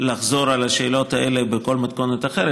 לחזור על השאלות האלה בכל מתכונת אחרת,